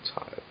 tired